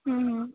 हम्म हम्म